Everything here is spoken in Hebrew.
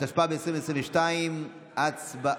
התשפ"ב 2022. הצבעה.